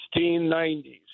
1690s